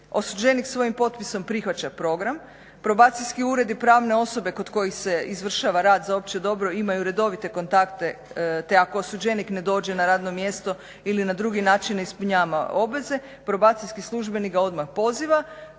Osuđenik svojim potpisom prihvaća program, probacijski ured i pravne osobe kod kojih se izvršava rad za opće dobro imaju redovite kontakte te ako osuđenik ne dođe na radno mjesto ili na drugi način ispunjava obveze probacijski službenik ga odmah poziva